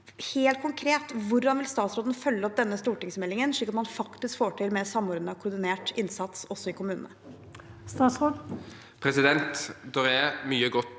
Hvordan vil han helt konkret følge opp denne stortingsmeldingen, slik at man faktisk får til mer samordnet og koordinert innsats også i kommunene?